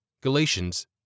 Galatians